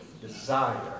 desire